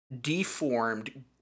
deformed